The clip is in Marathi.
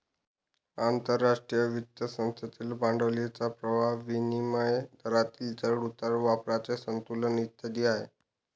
आंतरराष्ट्रीय वित्त संस्थेतील भांडवलाचा प्रवाह, विनिमय दरातील चढ उतार, व्यापाराचे संतुलन इत्यादी आहे